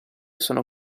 sono